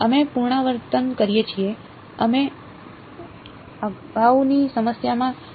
અમે પુનરાવર્તન કરીએ છીએ અમે અગાઉની સમસ્યામાં આ કર્યું છે